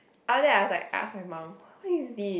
after that I was like I ask my mom who is this